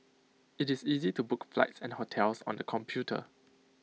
IT is easy to book flights and hotels on the computer